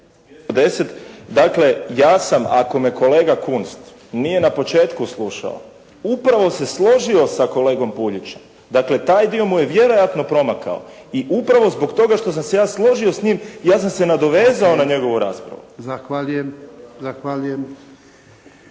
dakle ja sam ako me kolega Kunst nije na početku slušao, upravo se složio sa kolegom Puljićem, dakle taj dio mu je vjerojatno promakao i upravo zbog toga što sam se ja složio s njim, ja sam se nadovezao na njegovu raspravu. **Jarnjak, Ivan